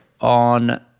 on